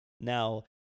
Now